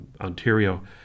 Ontario